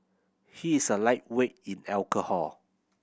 he is a lightweight in alcohol